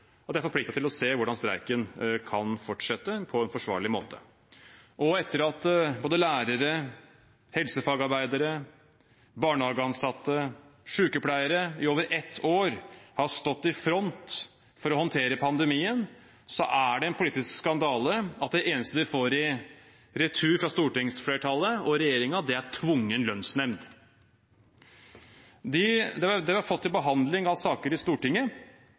at de er forpliktet til å se på hvordan streiken kan fortsette på en forsvarlig måte. Etter at både lærere, helsefagarbeidere, barnehageansatte og sykepleiere i over et år har stått i front for å håndtere pandemien, er det en politisk skandale at det eneste de får i retur fra stortingsflertallet og regjeringen, er tvungen lønnsnemnd. Det vi har fått til behandling av saker i Stortinget,